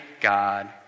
God